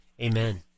amen